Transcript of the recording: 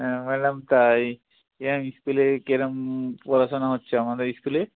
হ্যাঁ ম্যাডাম তা স্কুলে কিরম পড়াশোনা হচ্ছে আমাদের স্কুলে